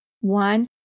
One